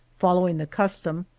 follow ing the custom,